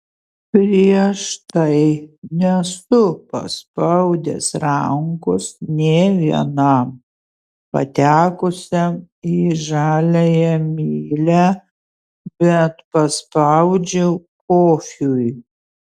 prieš tai nesu paspaudęs rankos nė vienam patekusiam į žaliąją mylią bet paspaudžiau kofiui